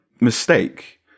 mistake